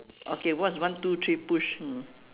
okay what's one two three push mm